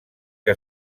que